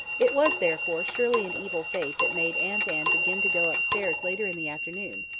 it was, therefore, surely an evil fate that made aunt anne begin to go upstairs later in the afternoon,